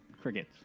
crickets